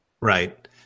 Right